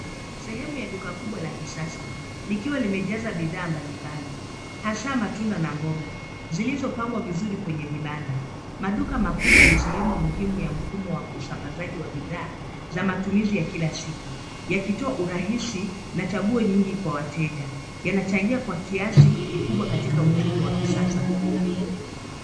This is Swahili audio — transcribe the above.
Sehemu ya duka kubwa la kisasa likiwa limejaza bidhaa mbali mbali hasa matunda na mboga zilizopagwa vizuri kwenye vibada ,maduka makiubwa ni sehemu muhimu ya mfumo wa usambazaji wa bidhaa za matumizi ya kila siku yakitoa urahisi na chaguo nyingi kwa wateja yanachagia kwa kiasi katika uchumi wa kisasa.